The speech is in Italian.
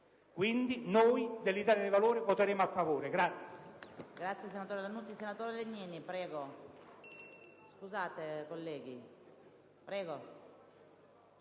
Quindi, noi dell'Italia dei Valori voteremo a favore.